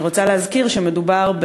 אני רוצה להזכיר שמדובר,